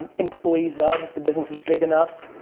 employees of, if the business is big enough.